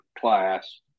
class